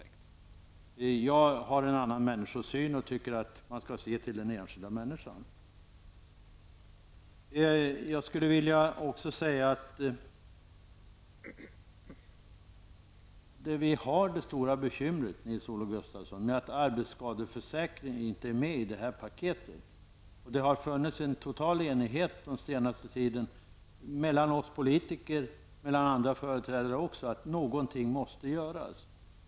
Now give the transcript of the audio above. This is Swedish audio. Jag har en annan människosyn och tycker att man skall se till den enskilda människan. Vi har det stora bekymret, Nils-Olof Gustafsson, med att arbetsskadeförsäkringen inte är med i det här paketet. Det har funnits en total enighet under den senaste tiden mellan oss politiker och även andra företrädare om att någonting måste göras.